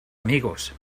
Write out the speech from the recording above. amigos